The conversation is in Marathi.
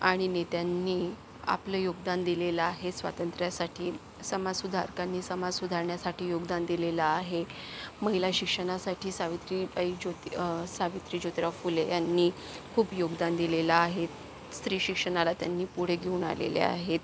आणि नेत्यांनी आपलं योगदान दिलेलं आहे स्वातंत्र्यासाठी समाजसुधारकांनी समाज सुधारण्यासाठी योगदान दिलेलं आहे महिला शिक्षणासाठी सावित्रीबाई ज्योति सावित्री ज्योतिराव फुले यांनी खूप योगदान दिलेलं आहे स्त्री शिक्षणाला त्यांनी पुढे घेऊन आलेल्या आहेत